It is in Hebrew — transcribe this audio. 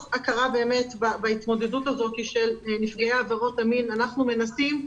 הכרה באמת בהתמודדות הזאת של נפגעי עבירות המין אנחנו מנסים,